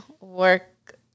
work